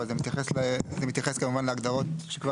אבל זה מתייחס כמובן להגדרות שכבר